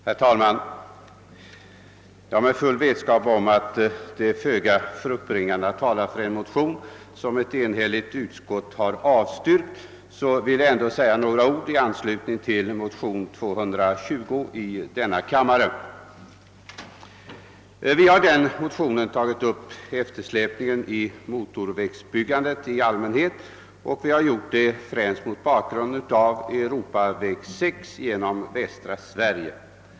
Herr talman! Med full vetskap om att det är föga fruktbringande att tala för en motion som ett enhälligt utskott har avstyrkt vill jag ändå säga några ord i anslutning till motionen II: 220. Vi har i denna motion tagit upp eftersläpningen i motorvägbyggandet i allmänhet, och vi har gjort det främst mot bakgrunden av tillståndet i fråga om Europaväg 6 genom västra Sverige.